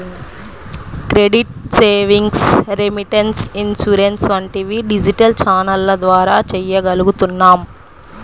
credit, savings, remittance, insurance వంటివి digital ఛానెల్ల ద్వారా చెయ్యగలుగుతున్నాం